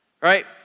right